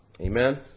Amen